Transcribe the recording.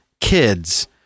kids